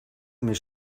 mes